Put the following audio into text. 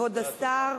כבוד השר,